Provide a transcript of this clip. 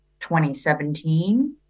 2017